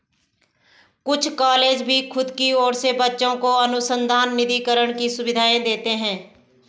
कुछ कॉलेज भी खुद की ओर से बच्चों को अनुसंधान निधिकरण की सुविधाएं देते हैं